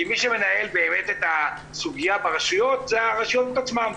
כי מי שמנהל באמת את הסוגיה ברשויות זה הרשויות עצמן,